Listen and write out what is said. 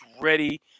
ready